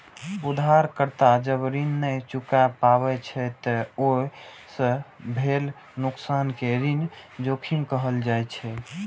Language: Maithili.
उधारकर्ता जब ऋण नै चुका पाबै छै, ते ओइ सं भेल नुकसान कें ऋण जोखिम कहल जाइ छै